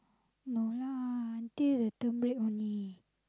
no lah until the term break only